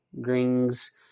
Gring's